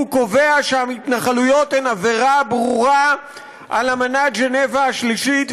והוא קובע שההתנחלויות הן עבירה ברורה על אמנת ז'נבה השלישית,